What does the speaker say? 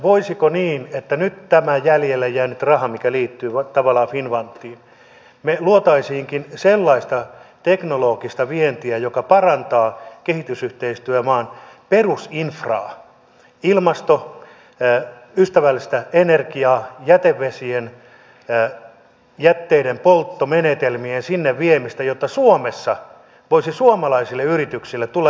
voisiko olla niin että kun on nyt tämä jäljelle jäänyt raha mikä liittyy tavallaan finnfundiin me loisimmekin sellaista teknologista vientiä joka parantaa kehitysyhteistyömaan perusinfraa ilmastoystävällistä energiaa jätevesien jätteiden polttomenetelmien viemistä sinne jotta suomessa voisi suomalaisille yrityksille tulla referenssilaitoksia tätä kautta